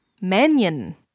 Mannion